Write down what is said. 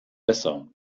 besser